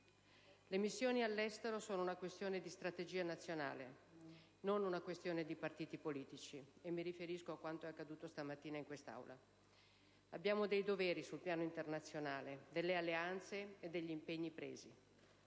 le missioni all'estero sono una questione di strategia nazionale, non una questione di partiti politici (e mi riferisco a quanto è accaduto stamattina in Aula). Abbiamo dei doveri sul piano internazionale, delle alleanze e degli impegni presi.